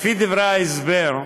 לפי דברי ההסבר,